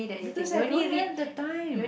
because I don't have the time